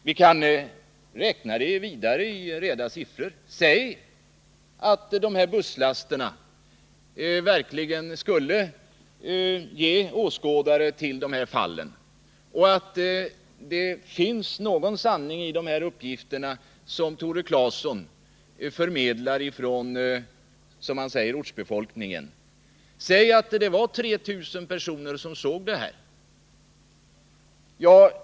Vi kan räkna vidare i Tore Claesons siffror. Säg att dessa busslaster verkligen skulle ge åskådare till fallen och att det finns någon sanning i de uppgifter som Tore Claeson säger sig förmedla från ortsbefolkningen! Säg att det är 3 000 personer som ser på dessa tappningar!